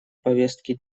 повестки